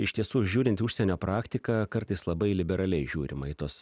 iš tiesų žiūrint į užsienio praktiką kartais labai liberaliai žiūrima į tuos